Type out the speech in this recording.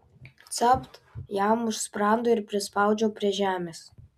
capt jam už sprando ir prispaudžiau prie žemės